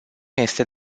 este